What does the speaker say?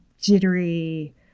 jittery